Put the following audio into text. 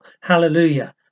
hallelujah